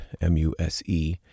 M-U-S-E